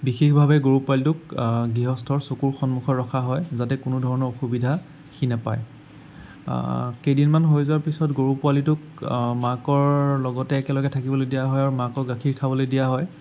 বিশেষভাৱে গৰু পোৱালিটোক গৃহস্থৰ চকুৰ সন্মুখত ৰখা হয় যাতে কোনো ধৰণৰ অসুবিধা সি নাপায় কেইদিনমান হৈ যোৱাৰ পিছত গৰু পোৱালিটোক মাকৰ লগতে একেলগে থাকিবলৈ দিয়া হয় আৰু মাকৰ গাখীৰ খাবলৈ দিয়া হয়